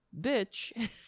bitch